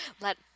let